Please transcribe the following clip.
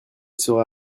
sera